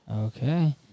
Okay